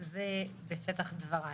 זה בפתח דבריי.